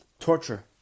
torture